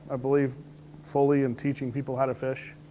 i believe fully in teaching people how to fish.